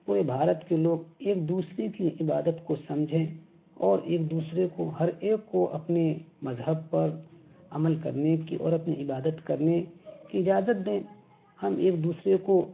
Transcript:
پورے بھارت کے لوگ ایک دوسرے کی عبادت کو سمجھیں اور ایک دوسرے کو ہر ایک کو اپنے مذہب پر عمل کرنے کی اور اپنی عبادت کرنے کی اجازت دیں ہم ایک دوسرے کو